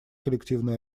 коллективную